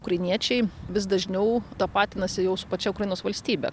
ukrainiečiai vis dažniau tapatinasi su pačia ukrainos valstybe